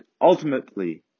ultimately